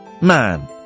man